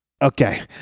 Okay